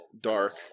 Dark